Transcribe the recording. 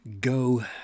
go